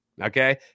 Okay